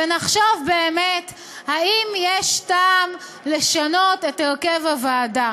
ונחשוב אם יש טעם לשנות את הרכב הוועדה.